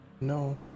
No